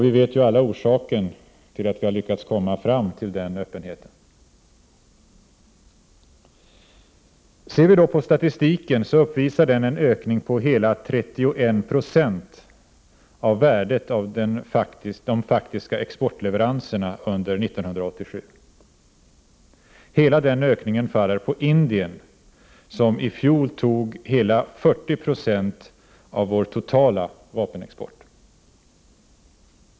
Vi vet ju alla orsaken till att vi har lyckats komma fram till denna öppenhet. Statistiken uppvisar en ökning på hela 31 26 av värdet på de faktiska exportleveranserna under 1987. Hela den ökningen faller på Indien. I fjol tog Indien hela 40 96 av vår totala vapenexport.